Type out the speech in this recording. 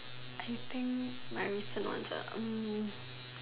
I think my recent ones